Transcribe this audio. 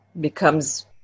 becomes